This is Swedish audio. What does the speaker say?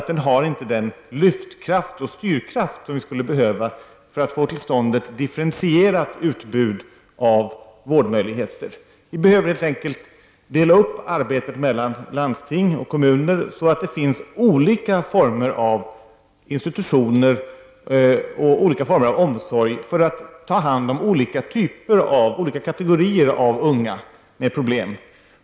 Den har inte den lyft och styrkraft som skulle behövas för att få till stånd ett differentierat utbud av vårdmöjligheter. Vi behöver helt enkelt dela upp arbetet mellan landsting och kommuner, så att det finns olika former av institutioner och olika former av omsorg för att ta hand om olika kategorier av unga med problem.